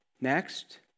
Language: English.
Next